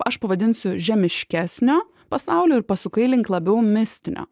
aš pavadinsiu žemiškesnio pasaulio ir pasukai link labiau mistinio